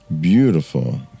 beautiful